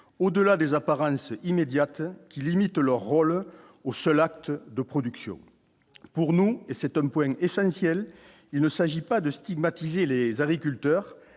au-delà des apparences immédiates qui limitent leur rôle au seul acte de production pour nous et cet homme, point essentiel : il ne s'agit pas de stigmatiser les agriculteurs